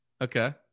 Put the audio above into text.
Okay